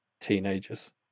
teenagers